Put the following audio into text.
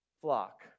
flock